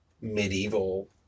medieval